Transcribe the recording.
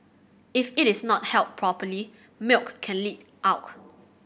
if it is not held properly milk can leak out